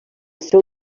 seu